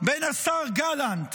בין השר גלנט